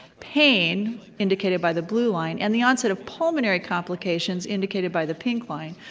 pain indicated by the blue line, and the onset of pulmonary complications indicated by the pink line,